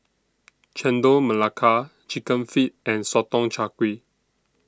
Chendol Melaka Chicken Feet and Sotong Char Kway